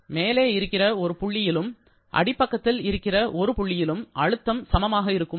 மேல் இருக்கிற ஒரு புள்ளியிலும் அடி பக்கத்தில் இருக்கிற ஒரு புள்ளியிலும் அழுத்தம் சமமாக இருக்குமா